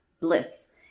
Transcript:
bliss